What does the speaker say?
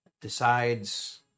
decides